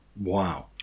Wow